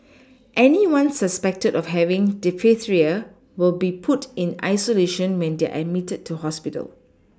anyone suspected of having diphtheria will be put in isolation when they are admitted to hospital